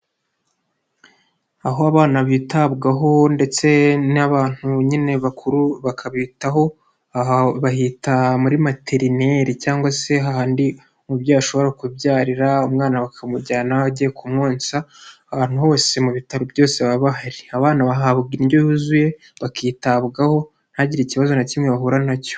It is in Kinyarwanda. Aho abana bitabwaho ndetse n'abantu nyine bakuru bakabitaho. Bahita muri materineri cyangwa se hahandi umubyeyi ashobora kubyarira. Umwana bakamujyana aho agiye kumwonsa ahantu hose mu bitaro byose baba bahari. Abana bahabwa indyo yuzuye bakitabwaho. Ntihagire ikibazo na kimwe bahura nacyo.